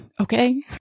okay